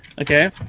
Okay